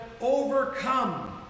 overcome